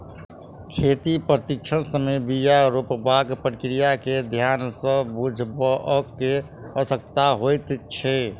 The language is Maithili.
खेतीक प्रशिक्षणक समय बीया रोपबाक प्रक्रिया के ध्यान सँ बुझबअ के आवश्यकता होइत छै